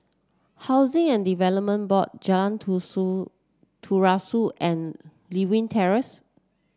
Housing and Development Board Jan Tu Su Terusan and Lewin Terrace